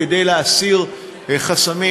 הוסרו חסמים.